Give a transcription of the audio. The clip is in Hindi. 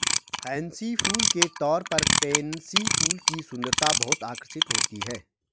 फैंसी फूल के तौर पर पेनसी फूल की सुंदरता बहुत आकर्षक होती है